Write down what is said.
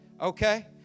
okay